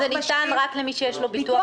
עכשיו אנחנו מדברים רק על הכללית.